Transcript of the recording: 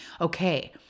Okay